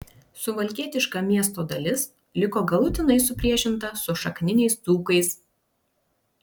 suvalkietiška miesto dalis liko galutinai supriešinta su šakniniais dzūkais